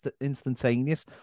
instantaneous